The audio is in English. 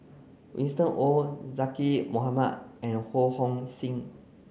Winston Oh Zaqy Mohamad and Ho Hong Sing